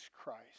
Christ